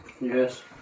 Yes